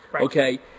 okay